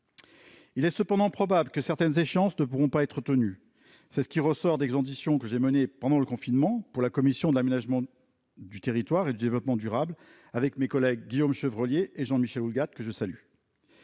Il est cependant probable que certaines échéances ne pourront pas être tenues. C'est ce qui ressort des auditions que j'ai menées pendant le confinement pour la commission de l'aménagement du territoire et du développement durable avec mes collègues Guillaume Chevrollier et Jean-Michel Houllegatte. Il faut